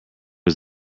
was